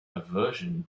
aversion